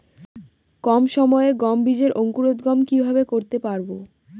কম সময়ে গম বীজের অঙ্কুরোদগম কিভাবে করতে পারব?